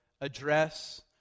address